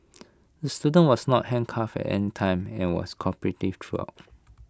the student was not handcuffed any time and was cooperative throughout